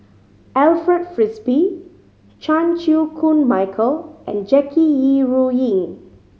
Alfred Frisby Chan Chew Koon Michael and Jackie Yi Ru Ying